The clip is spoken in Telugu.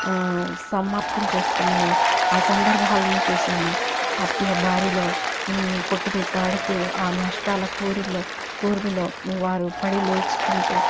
సమాప్తం చేసుకొనే ఆ సందర్భాలను చూసాము అప్పుల బారిలో కొట్టుమిట్టాడుతూ ఆ నష్టాల కూరిమిలో కూరిమిలో వారు పడి లేచుకుంటూ